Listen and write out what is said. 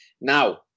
Now